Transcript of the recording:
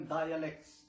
dialects